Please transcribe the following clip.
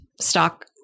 stock